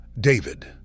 David